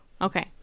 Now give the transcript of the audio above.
Okay